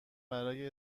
برای